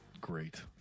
great